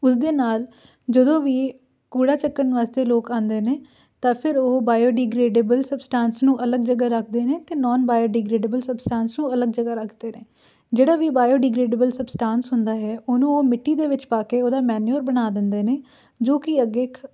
ਉਸਦੇ ਨਾਲ ਜਦੋਂ ਵੀ ਕੂੜਾ ਚੱਕਣ ਵਾਸਤੇ ਲੋਕ ਆਉਂਦੇ ਨੇ ਤਾਂ ਫਿਰ ਉਹ ਬਾਇਓਡੀਗਰੇਡੇਬਲ ਸਬਸਟਾਂਸ ਨੂੰ ਅਲੱਗ ਜਗ੍ਹਾ ਰੱਖਦੇ ਨੇ ਅਤੇ ਨੋਨ ਬਾਇਓਡਿਗਰੇਡੇਬਲ ਸਬਸਟਾਂਸ ਨੂੰ ਅਲੱਗ ਜਗ੍ਹਾ ਰੱਖਦੇ ਨੇ ਜਿਹੜਾ ਵੀ ਬਾਇਓਡਿਗਰੇਡੇਬਲ ਸਬਸਟਾਂਸ ਹੁੰਦਾ ਹੈ ਉਹਨੂੰ ਉਹ ਮਿੱਟੀ ਦੇ ਵਿੱਚ ਪਾ ਕੇ ਉਹਦਾ ਮੈਨੂਅਰ ਬਣਾ ਦਿੰਦੇ ਨੇ ਜੋ ਕਿ ਅੱਗੇ